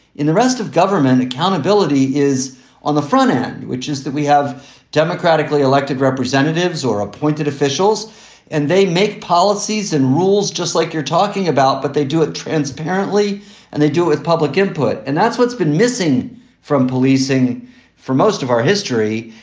in the rest of government accountability is on the front end, which is that we have democratically elected representatives or appointed officials and they make policies and rules, just like you're talking about. but they do it transparently and they do as public input. and that's what's been missing from policing for most of our history.